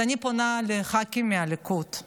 אז אני פונה לח"כים מהליכוד,